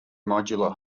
modular